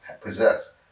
possess